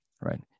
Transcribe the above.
Right